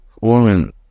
woman